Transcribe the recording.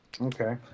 Okay